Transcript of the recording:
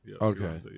Okay